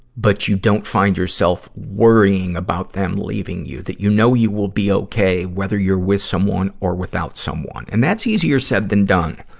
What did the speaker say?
but you don't find yourself worrying about them leaving you. that you know you will be okay, whether you're with someone or without someone. and that's easier said than done.